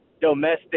domestic